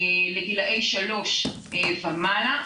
לגילאי שלוש ומעלה,